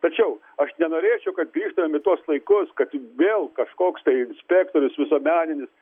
tačiau aš nenorėčiau kad gršžtumėm į tuos laikus kad vėl kažkoks inspektorius visuomeninis